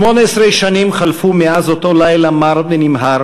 18 שנים חלפו מאז אותו לילה מר ונמהר